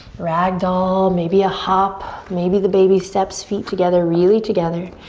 ragdoll, maybe a hop, maybe the baby steps, feet together, really together.